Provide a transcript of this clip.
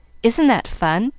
isn't that fun?